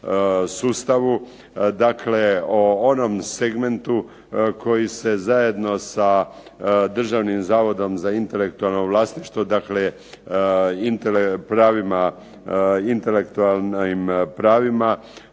sustavu, dakle o onom segmentu koji se zajedno sa Državnim zavodom za intelektualno vlasništvo, dakle pravima intelektualnim pravima